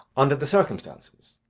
under the circumstances.